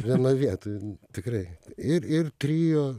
vienoj vietoj tikrai ir ir trio